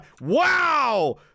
Wow